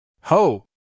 Ho